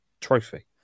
trophy